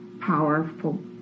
powerful